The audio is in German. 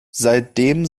seitdem